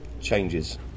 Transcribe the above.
changes